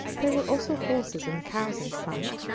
there were also horses and cows in sight,